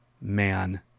man